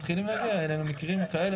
מתחילים להגיע אלינו מקרים כאלה,